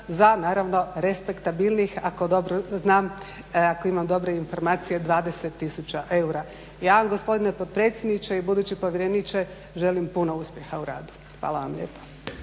za naravno respektabilnih ako dobro znam, ako imam dobre informacije 20000 eura. Ja vam gospodine potpredsjedniče i budući povjereniče želim puno uspjeha u radu. Hvala vam lijepa.